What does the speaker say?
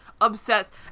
obsessed